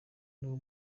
niwo